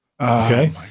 Okay